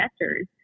investors